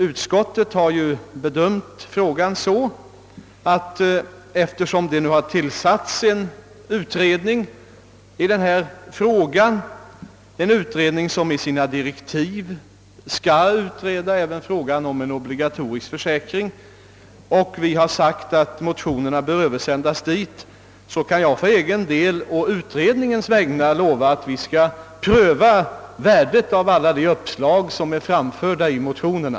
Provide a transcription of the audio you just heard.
Utskottet har bedömt saken så att eftersom en utredning nu tillsatts, som enligt givna direktiv skall utreda även frågan om obligatorisk försäkring, bör motionerna översändas dit. Jag kan för egen del å utredningens vägnar lova att vi skall pröva värdet av de uppslag som framförts 1 motionerna.